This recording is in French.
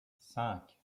cinq